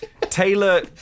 Taylor